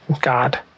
God